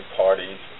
parties